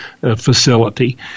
facility